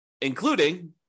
including